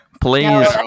please